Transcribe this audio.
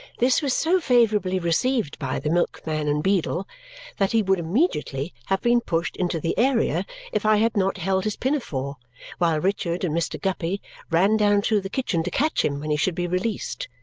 this was so favourably received by the milkman and beadle that he would immediately have been pushed into the area if i had not held his pinafore while richard and mr. guppy ran down through the kitchen to catch him when he should be released.